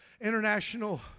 international